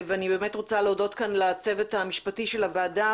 אני רוצה להודות כאן לצוות המשפטי של הוועדה,